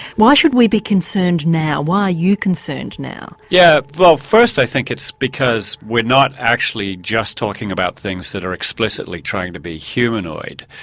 why should we be concerned now, why are you concerned now? yeah well first i think it's because we're not actually just talking about things that are explicitly trying to be humanoid,